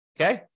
okay